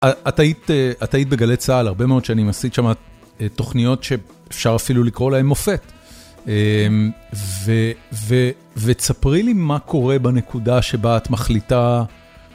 את היית בגלי צהל הרבה מאוד שנים עשית שם תוכניות שאפשר אפילו לקרוא להן מופת. וספרי לי מה קורה בנקודה שבה את מחליטה...